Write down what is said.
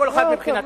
כל אחד מבחינתו.